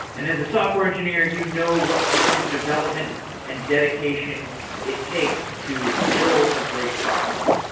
and is a software engineer you know what kind of development and dedication it takes to build a great product.